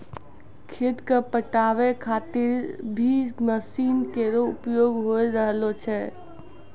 खेत क पटावै खातिर भी मसीन केरो प्रयोग होय रहलो छै